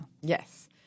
Yes